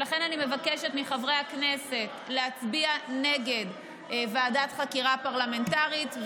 ולכן אני מבקשת מחברי הכנסת להצביע נגד ועדת חקירה פרלמנטרית.